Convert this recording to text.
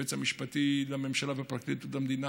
שהיועץ המשפטי לממשלה ומחלקת פרקליטות המדינה